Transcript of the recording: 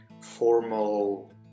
formal